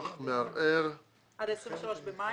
עד ה-23 במאי?